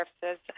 Services